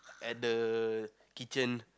at the kitchen